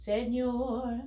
Señor